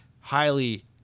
highly